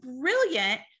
brilliant